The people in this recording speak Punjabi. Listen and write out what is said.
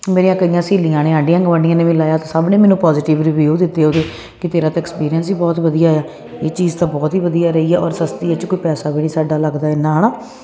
ਮੇਰੀਆਂ ਕਈਆਂ ਸਹੇਲੀਆਂ ਨੇ ਆਂਢੀ ਗੁਆਂਢੀਆਂ ਨੇ ਵੀ ਲਾਇਆ ਤੇ ਸਭ ਨੇ ਪੋਜ਼ੀਟਿਵ ਰੀਵਿਊ ਦਿੱਤੇ ਉਹਦੇ ਕਿ ਤੇਰਾ ਤਾਂ ਐਕਸਪੀਰੀਅਂਸ ਹੀ ਬਹੁਤ ਵਧੀਆ ਆ ਇਹ ਚੀਜ਼ ਤਾਂ ਬਹੁਤ ਹੀ ਵਧੀਆ ਆ ਰਹੀ ਔਰ ਸਸਤੀ ਇਹ ਚ ਕੋਈ ਪੈਸਾ ਵੀ ਨਹੀਂ ਸਾਡਾ ਲੱਗਦਾ ਐਨਾ ਹਨਾ